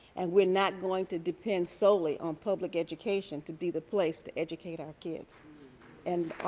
and we're not going to depend solely on public education to be the place to educate our kids and